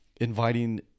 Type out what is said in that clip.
inviting